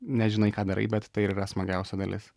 nežinai ką darai bet tai ir yra smagiausia dalis